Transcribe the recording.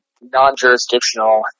non-jurisdictional